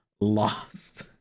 lost